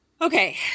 Okay